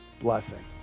blessing